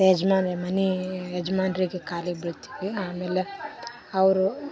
ಮತ್ತು ಯಜಮಾನಿ ಮನೆ ಯಜಮಾನ್ರಿಗೆ ಕಾಲಿಗೆ ಬೀಳ್ತಿವಿ ಆಮೇಲೆ ಅವರೂ